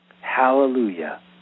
Hallelujah